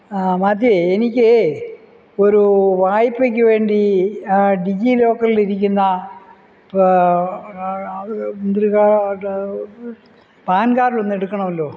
മാത്യുവേ എനിക്കേ ഒരു വായ്പയ്ക്ക് വേണ്ടി ഡിജിലോക്കറിൽ ഇരിക്കുന്ന അത് പാൻ കാർഡ് ഒന്ന് എടുക്കണമല്ലോ